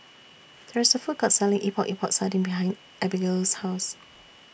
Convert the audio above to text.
There IS A Food Court Selling Epok Epok Sardin behind Abigale's House